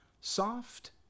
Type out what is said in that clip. soft